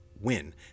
win